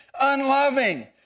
unloving